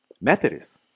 Methodists